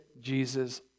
Jesus